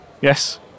Yes